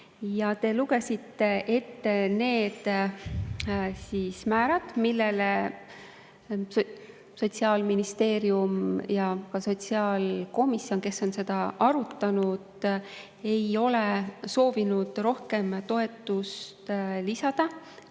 Te lugesite ette need määrad. Sotsiaalministeerium ja ka sotsiaalkomisjon, kes on seda arutanud, ei ole soovinud rohkem toetust lisada